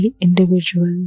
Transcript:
individual